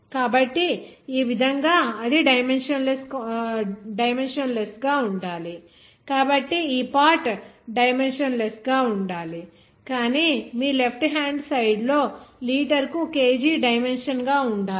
కాబట్టి ఆ విధంగా అది డైమెన్షన్ లెస్ గా ఉండాలి కాబట్టి ఈ పార్ట్ డైమెన్షన్ లెస్ గా ఉండాలి కానీ మీ లెఫ్ట్ హ్యాండ్ సైడ్ లో లీటరుకు kg డైమెన్షన్ గా ఉండాలి